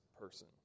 person